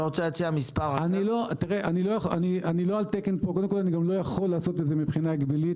אני לא יכול לעשות את זה מבחינה הגבלית,